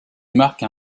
marque